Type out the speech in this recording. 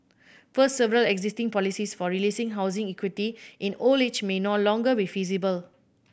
first several existing policies for releasing housing equity in old age may no longer be feasible